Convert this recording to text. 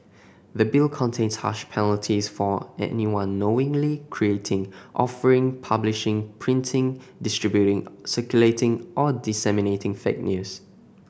the Bill contains harsh penalties for anyone knowingly creating offering publishing printing distributing circulating or disseminating fake news